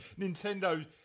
Nintendo